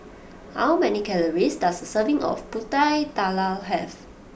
how many calories does a serving of Pulut Tatal have